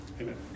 amen